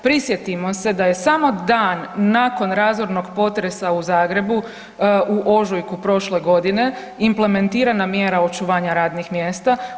Prisjetimo se da je samo dan nakon razornog potresa u Zagrebu u ožujku prošle godine implementirana mjera očuvanja radnih mjesta.